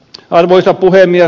arvoisa puhemies